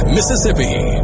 Mississippi